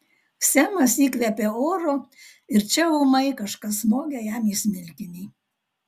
semas įkvėpė oro ir čia ūmai kažkas smogė jam į smilkinį